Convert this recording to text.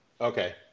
Okay